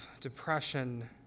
depression